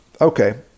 Okay